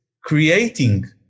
creating